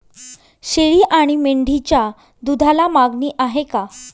शेळी आणि मेंढीच्या दूधाला मागणी आहे का?